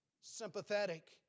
sympathetic